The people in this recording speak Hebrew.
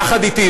יחד אתי,